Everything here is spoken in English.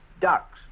ducks